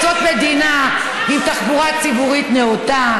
כולנו היינו רוצות מדינה עם תחבורה ציבורית נאותה,